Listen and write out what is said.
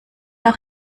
auch